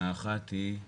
האחת היא,